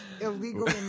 Illegal